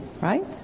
right